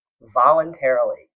voluntarily